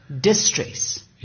distress